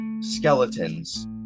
skeletons